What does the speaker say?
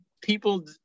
people